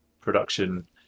production